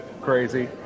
crazy